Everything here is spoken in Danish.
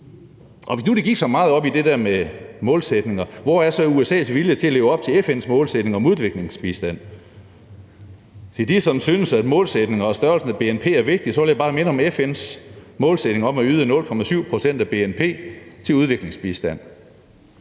hvis nu de gik så meget op i det der med målsætninger, hvor er så USA's vilje til at leve op til FN's målsætning om udviklingsbistand? Til dem, som synes, at målsætninger er vigtige, og at størrelsen af bnp er vigtig, vil jeg bare minde om FN's målsætning om at yde 0,7 pct. af bnp til udviklingsbistand.